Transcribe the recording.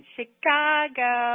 Chicago